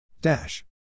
Dash